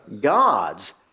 God's